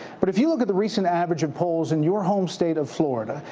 but if you look at the recent average of polls in your home state of florida,